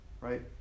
right